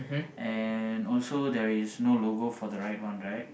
and also there is no logo for the right one right